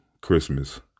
Christmas